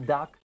Duck